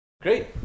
Great